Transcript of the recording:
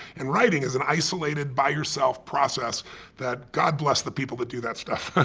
and writing is an isolated, by yourself process that god bless the people that do that stuff.